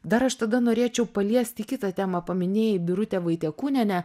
dar aš tada norėčiau paliesti kitą temą paminėjai birutę vaitiekūnienę